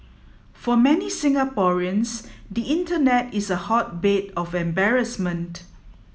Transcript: for many Singaporeans the internet is a hotbed of embarrassment